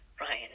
Ryan